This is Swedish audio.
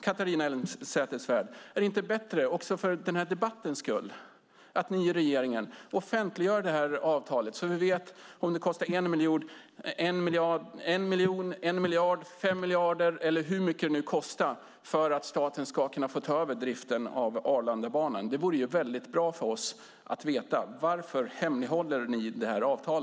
Catharina Elmsäter-Svärd, är det inte bättre också för denna debatts skull att ni i regeringen offentliggör detta avtal så att vi vet om det kostar 1 miljon, 1 miljard, 5 miljarder eller hur mycket det kostar för att staten ska kunna få ta över driften av Arlandabanan? Det vore bra för oss att veta: Varför hemlighåller ni detta avtal?